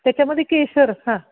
त्याच्यामध्ये केशर हां